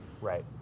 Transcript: Right